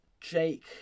Jake